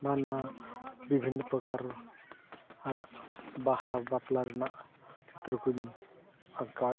ᱵᱟᱱᱟ ᱵᱤᱵᱷᱤᱱᱱᱚ ᱯᱨᱚᱠᱟᱨ ᱟᱨᱟᱜ ᱵᱟᱦᱟ ᱵᱟᱯᱞᱟ ᱨᱮᱱᱟᱜ ᱪᱤᱛᱟᱹᱨ ᱠᱚᱧ ᱟᱸᱠᱟᱣᱮᱫᱟ